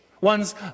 one's